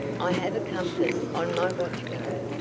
i have a compass on my watch guard.